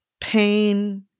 pain